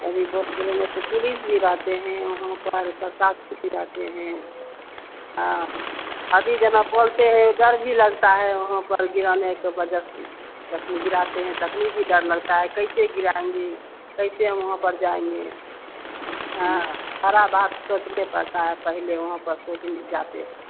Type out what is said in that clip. कभी पुलिस भी रहती है वहाँ पर प्रशासन भी रहता है हाँ और अभी जना बोलते हैं डर भी लगता है वहाँ पर गिराने को जखनी गिराते हैं तखनी भी डर लगता है कैसे गिराएँगे कैसे हम वहाँ पर जाएँगे हाँ सारी बात सोचनी पड़ती है पहले वहाँ पर सोचने जाते हैं